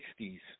60s